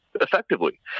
effectively